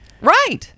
right